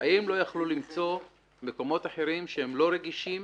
האם לא יכלו למצוא מקומות אחרים שהם לא רגישים,